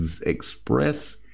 express